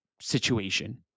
situation